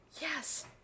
Yes